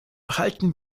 halten